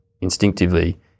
instinctively